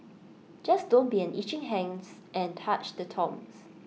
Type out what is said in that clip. just don't be an itchy hands and touch the tombs